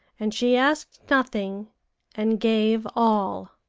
and she asked nothing and gave all.